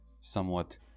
somewhat